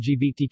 LGBTQ